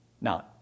Now